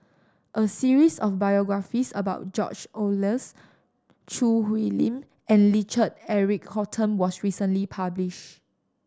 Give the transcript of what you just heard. a series of biographies about George Oehlers Choo Hwee Lim and Richard Eric Holttum was recently published